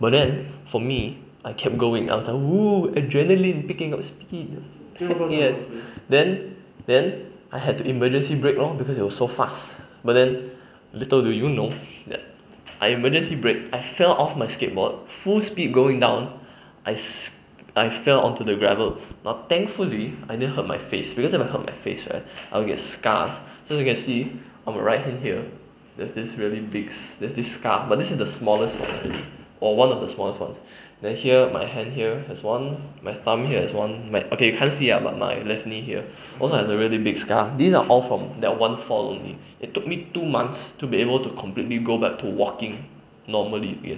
but then for me I kept going I was like adrenaline picking up speed I think and then I had to emergency brake lor because it was so fast but then little did you know that I emergency brake I fell off my skateboard full speed going down I I fell onto the gravel now thankfully I didn't hurt my face because if I hurt my face right I'll get scars so you can see on my right hand here there is this really big there's this scar but then this is the smallest one already or one of the smallest one then here my hand here there's one my tummy here have one okay my you can't see ah but my left knee here also have a really big scar these are all from that one fall only it took me two months to be able to completely go back to walking normally again